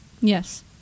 Yes